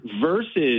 versus